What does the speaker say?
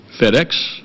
FedEx